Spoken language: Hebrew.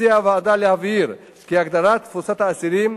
הציעה הוועדה להבהיר את הגדרת "תפוסת אסירים"